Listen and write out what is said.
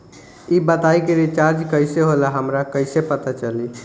ई बताई कि रिचार्ज कइसे होला हमरा कइसे पता चली?